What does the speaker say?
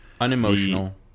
unemotional